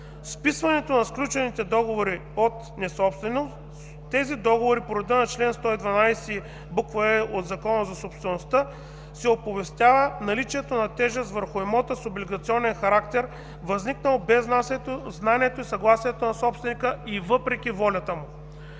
вписването на сключените договори от несобственик тези договори по реда на чл. 112, буква „е“ от Закона за собствеността се оповестява наличието на тежест върху имота с облигационен характер, възникнал без знанието и съгласието на собственика и въпреки волята му.